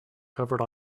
covered